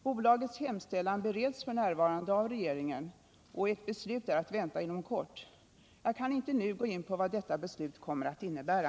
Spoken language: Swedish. Bolagets hemställan bereds f.n. av regeringen och ett beslut är att vänta inom kort. Jag kan inte nu gå in på vad detta beslut kan komma att innebära.